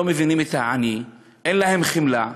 לא מבינים את העני, אין להם חמלה,